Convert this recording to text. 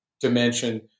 dimension